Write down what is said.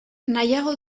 nahiago